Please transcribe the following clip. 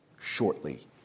shortly